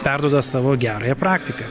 perduoda savo gerąją praktiką